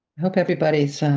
hope everybody's